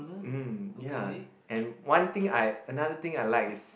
mm ya and one thing I another thing I like is